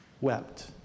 wept